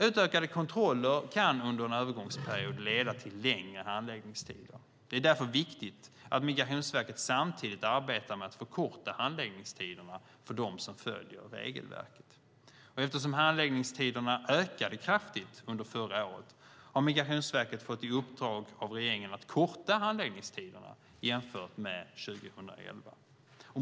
Utökade kontroller kan under en övergångsperiod leda till längre handläggningstider. Det är därför viktigt att Migrationsverket samtidigt arbetar med att förkorta handläggningstiderna för dem som följer regelverket. Eftersom handläggningstiderna ökade kraftigt under förra året har Migrationsverket fått i uppdrag av regeringen att korta handläggningstiderna jämfört med 2011.